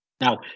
Now